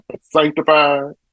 Sanctified